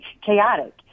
chaotic